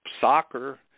soccer